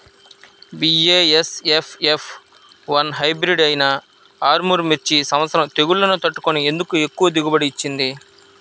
BASF F one hybrid అయినా ఆర్ముర్ మిర్చి ఈ సంవత్సరం తెగుళ్లును తట్టుకొని ఎందుకు ఎక్కువ దిగుబడి ఇచ్చింది?